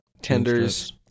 tenders